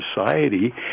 society